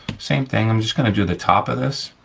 same thing, i'm just gonna do the top of this,